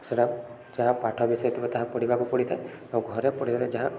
ସେଟା ଯାହା ପାଠ ବିଷୟ ଥିବ ତାହା ପଢ଼ିବାକୁ ପଡ଼ିଥାଏ ଆଉ ଘରେ ପଢ଼ିବାରେ ଯାହା